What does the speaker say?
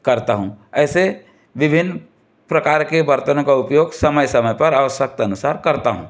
करता हूँ ऐसे विभिन्न प्रकार के बर्तनों का उपयोग समय समय पर आवश्यकता अनुसार करता हूँ